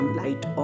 light